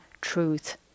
truth